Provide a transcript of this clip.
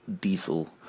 diesel